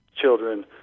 children